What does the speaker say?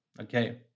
okay